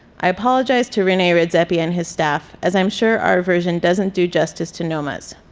i apologize to rene redzepi and his staff as i'm sure our version doesn't do justice to noma's.